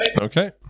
Okay